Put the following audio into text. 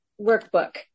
workbook